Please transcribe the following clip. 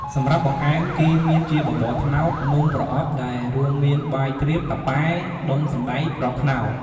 សម្រាប់បង្អែម គេមានជាបបរត្នោត នំប្រអប់ដែលរួមមានបាយទ្រាប តាប៉ែ ដុំសណ្តែក គ្រាប់ខ្នុរ។